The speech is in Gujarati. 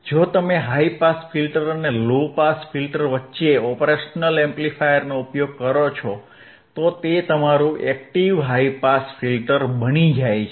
જો તમે હાઇ પાસ ફિલ્ટર અને લો પાસ ફિલ્ટર વચ્ચે ઓપરેશનલ એમ્પ્લીફાયરનો ઉપયોગ કરો છો તો તે તમારું એક્ટીવ હાઇ પાસ ફિલ્ટર બની જાય છે